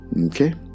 Okay